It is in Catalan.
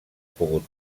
pogut